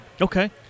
Okay